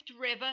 River